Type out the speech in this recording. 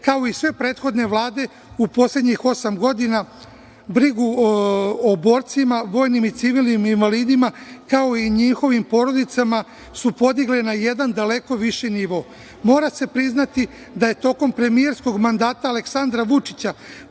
kao i sve prethodne vlade u poslednjih osam godina brigu o borcima, vojnim i civilnim invalidima, kao i njihovim porodicama su podigle na jedan daleko viši nivo. Mora se priznati da je tokom premijerskog mandata Aleksandra Vučića,